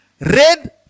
Red